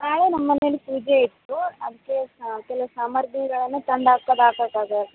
ನಾಳೆ ನಮ್ಮ ಮನೇಲಿ ಪೂಜೆ ಇತ್ತು ಅದಕ್ಕೆ ಕೆಲವು ಸಾಮಗ್ರಿಗಳನ್ನ ತಂದು ಹಾಕೋದು ಹಾಕೋಕಾಗ